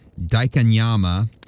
Daikanyama